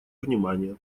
внимание